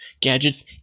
gadgets